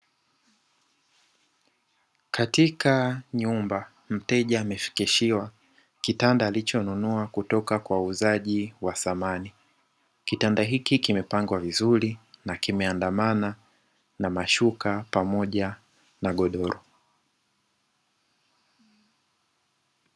Katika nyumba mteja amefikishiwa kitanda alichonunua kutoka kwa wauzaji wa samani, kitanda hiki kimepangwa vizuri na kimeandamana na mashuka pamoja na godoro.